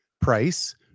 Price